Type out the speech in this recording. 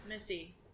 Missy